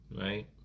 Right